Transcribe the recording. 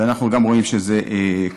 ואנחנו גם רואים שזה קורה.